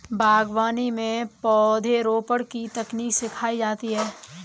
बागवानी में पौधरोपण की तकनीक सिखाई जाती है